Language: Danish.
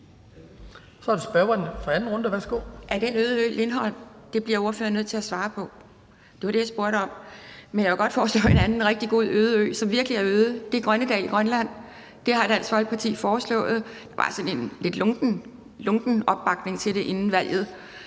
Kjærsgaard (DF): Er den øde ø Lindholm? Det bliver ordføreren nødt til at svare på. Det var det, jeg spurgte om. Men jeg vil godt foreslå en anden rigtig god ø, som virkelig er øde, og det er Grønnedal i Grønland. Den har Dansk Folkeparti foreslået. Der var sådan en lidt lunken opbakning til det inden valget.